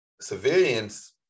Civilians